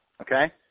okay